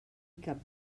cap